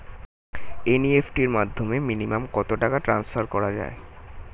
NEFT র মাধ্যমে minimum কত টাকা টান্সফার করা যায়?